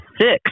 six